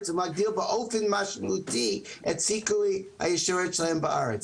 ומגדיל באופן משמעותי את הסיכוי ההישארות שלהם בארץ.